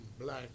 black